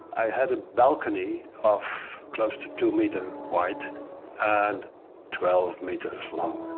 i had a balcony of close to two meters wide and twelve meters long.